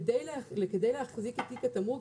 כדי להחזיק את תיק התמרוק,